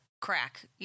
crack